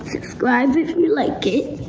subscribe if you like it.